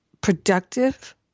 productive